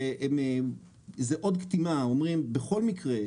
בכל מקרה,